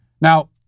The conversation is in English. Now